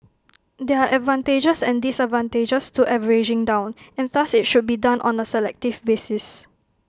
there are advantages and disadvantages to averaging down and thus IT should be done on A selective basis